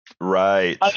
Right